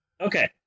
Okay